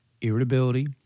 irritability